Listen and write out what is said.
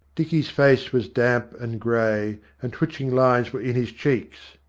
dicky's face was damp and grey, and twitching lines were in his cheeks.